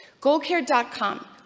GoldCare.com